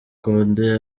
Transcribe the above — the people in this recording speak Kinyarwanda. condé